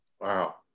Wow